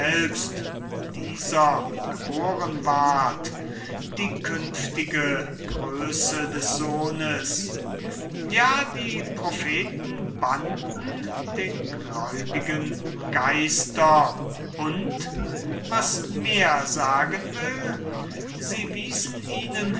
dieser geboren ward die künftige größe des sohnes ja die propheten bannten den gläubigen geister und was mehr sagen will sie wiesen ihnen